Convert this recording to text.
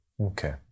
Okay